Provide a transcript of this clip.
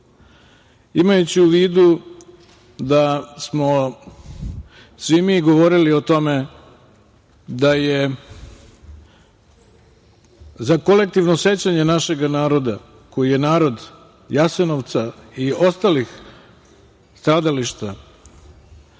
u vidu da smo svi mi govorili o tome da je za kolektivno sećanje našeg naroda, koji je narod Jasenovca i ostalih stradališta,